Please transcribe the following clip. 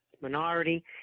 minority